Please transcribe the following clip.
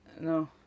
no